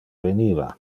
veniva